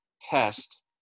test